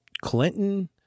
Clinton